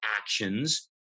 actions